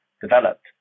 developed